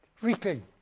reaping